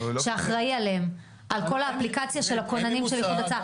שאחראי עליהם על כל האפליקציה של הכוננים של איחוד הצלה,